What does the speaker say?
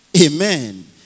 Amen